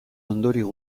ondorio